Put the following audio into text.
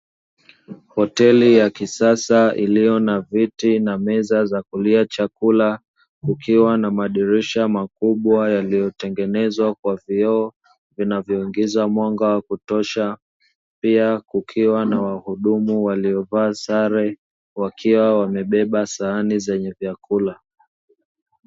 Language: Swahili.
Hoteli ya kisasa iliyo na viti na meza za kulia chakula kukiwa na madirisha makubwa yaliyotengenezwa kwa vyoo vinavyoongeza mwanga wa kutosha, pia kukiwa na wahudumu waliovaa sare wakiwa wamebeba sahani zenye vyakula.